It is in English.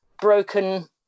broken